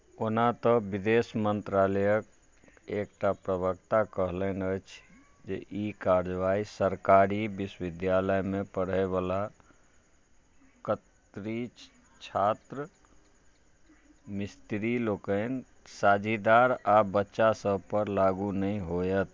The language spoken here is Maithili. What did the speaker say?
ओना तऽ विदेश मन्त्रालयक एकटा प्रवक्ता कहलनि अछि ई कार्यवाही सरकारी विश्वविद्यालयमे पढ़यवला कतरी छात्र मिस्त्री लोकनिक साझीदार आ बच्चासभ पर लागू नहि होयत